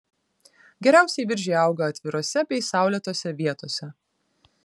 geriausiai viržiai auga atvirose bei saulėtose vietose